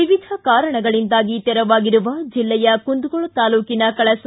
ವಿವಿಧ ಕಾರಣಗಳಿಂದಾಗಿ ತೆರವಾಗಿರುವ ಜಿಲ್ಲೆಯ ಕುಂದಗೋಳ ತಾಲೂಕಿನ ಕಳಸ